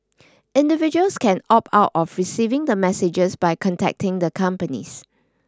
individuals can opt out of receiving the messages by contacting the companies